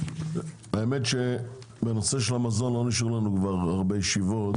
האמת שבנושא של המזון לא נשארו לנו הרבה ישיבות,